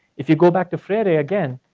if you go back to freire again,